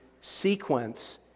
sequence